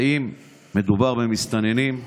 והאם מדובר על מסתננים?